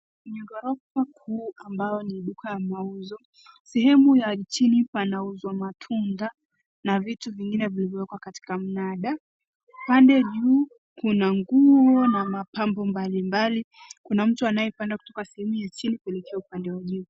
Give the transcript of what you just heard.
Ni ghorofa kuu ambayo ni duka ya mauzo sehemu ya chini panauzwa matunda na vitu vingine vilivyowekwa katika mnada, pande juu kuna nguo na mapambo mablimbali kuna mtu anayepanda kutoka sehemu ya chini kuelekea upande wa juu.